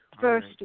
first